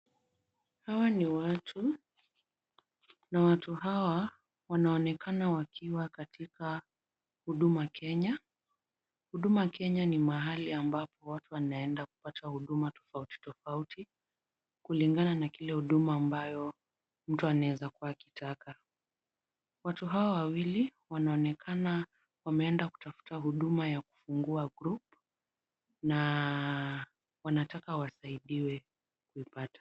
Hawa ni watu, na watu hawa wanaonekana wakiwa katika Huduma Kenya. Huduma Kenya ni mahali ambapo watu wanaenda kutafuta huduma tofauti tofauti kulingana na kile huduma ambayo mtu anaweza kuwa akitaka, watu hawa wawili wanaonekana wameenda kutafuta huduma ya kufungua group na wanataka wasaidiwe kuipata.